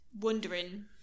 wondering